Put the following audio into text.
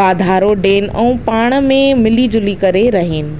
वाधारो ॾियनि ऐं पाण में मिली जुली करे रहनि